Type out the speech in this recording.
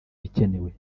bikenewe